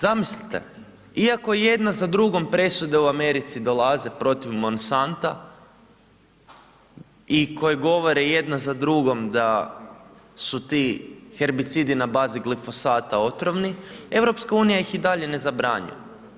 Zamislite, iako jedna za drugom presude u Americi dolaze protiv Monsanta i koje govore jedna za drugom da su ti herbicidi na bazu glifosata otrovni, EU ih i dalje ne zabranjuje.